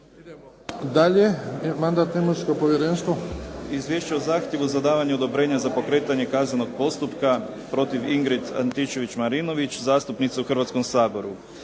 **Sesvečan, Damir (HDZ)** Izvješća o zahtjevu za davanje odobrenja za pokretanje kaznenog postupka protiv Ingrid Antičević-Marinović zastupnice u Hrvatskom saboru.